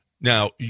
Now